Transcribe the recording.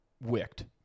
wicked